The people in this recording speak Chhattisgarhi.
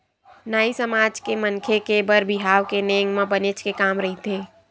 नाई समाज के मनखे के बर बिहाव के नेंग म बनेच के काम रहिथे